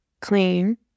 Clean